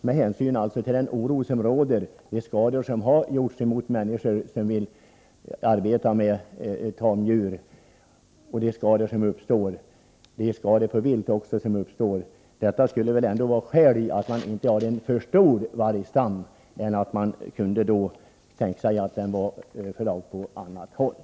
Med hänsyn till oroliga människor, skador som åsamkats människor som vill arbeta med tamdjur och även skador på vilt borde stammen således flyttas. Detta kan ju utgöra tillräckliga skäl mot en alltför stor vargstam. En del av vargarna kan väl flyttas till ett annat område.